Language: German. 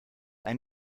ein